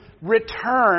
return